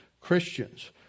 Christians